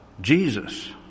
Jesus